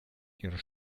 ihrer